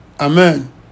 Amen